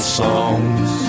songs